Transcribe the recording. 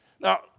Now